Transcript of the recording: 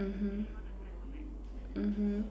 mmhmm mmhmm